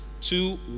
two